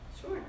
Sure